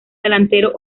delantero